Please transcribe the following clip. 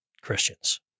Christians